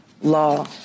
law